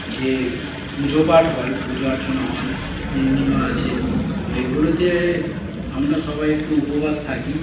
যে পুজো পাঠ হয় পুজো অর্চনা হয় পূর্ণিমা আছে তো এগুলোতে আমরা সবাই একটু উপবাস থাকি